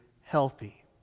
healthy